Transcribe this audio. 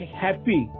happy